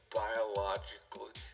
biologically